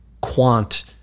quant